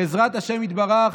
בעזרת השם יתברך,